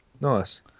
Nice